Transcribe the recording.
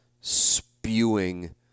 spewing